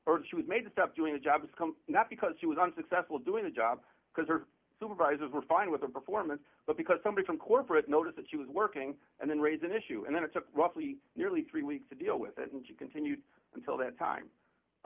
job she was made to step doing the jobs not because she was unsuccessful doing the job because her supervisors were fine with her performance but because somebody from corporate noticed she was working and then raise an issue and then it's a roughly nearly three weeks to deal with and she continued until that time